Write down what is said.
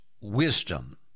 wisdom